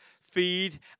feed